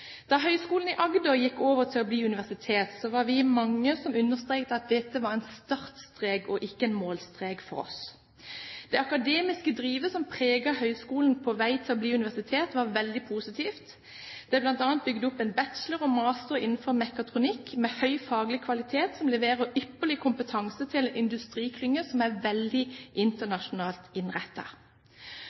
Da Høgskolen i Agder gikk over til å bli universitet, var vi mange som understreket at dette var en startstrek og ikke en målstrek for oss. Det akademiske drivet som preget høyskolen på vei til å bli universitet, var veldig positivt. Det er bl.a. bygd opp en bachelor- og en mastergrad innenfor mekatronikk med høy faglig kvalitet som leverer ypperlig kompetanse til en industriklynge som er veldig internasjonalt